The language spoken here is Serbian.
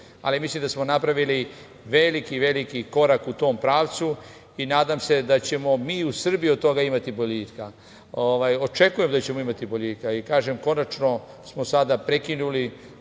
ali mislim da smo napravili veliki, veliki korak u tom pravcu i nadam se da ćemo mi u Srbiji od toga imati boljitka. Očekujem da ćemo imati boljitka. Kažem, konačno smo sada prekinuli